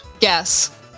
Yes